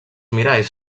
miralls